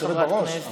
את היושבת-ראש.